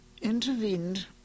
intervened